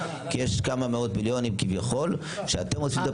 כי יש כמה מאות מיליונים כביכול שאתם עושים את